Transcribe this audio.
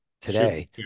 today